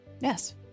Yes